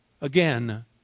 Again